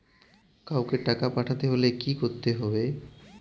কাওকে টাকা পাঠাতে হলে কি করতে হবে?